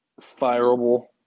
fireable